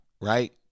right